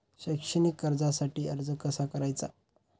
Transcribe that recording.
शैक्षणिक कर्जासाठी अर्ज कसा करायचा?